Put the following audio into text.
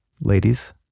ladies